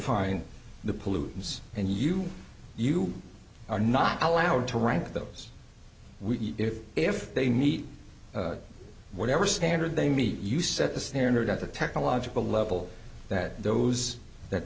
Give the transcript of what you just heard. find the pollutants and you you are not allowed to rank those if they meet whatever standard they meet you set the standard at the technological level that those that